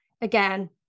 again